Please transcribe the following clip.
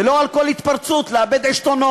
ולא על כל התפרצות לאבד עשתונות.